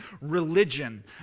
religion